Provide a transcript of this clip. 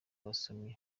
abasomyi